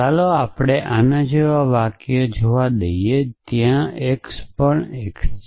ચાલો આપણે આ જેવા વાક્ય જવા દઈએ ત્યાં x પણ x છે